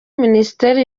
minisiteri